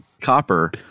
copper